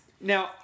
Now